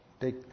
Take